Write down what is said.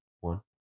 One